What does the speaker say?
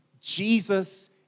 Jesus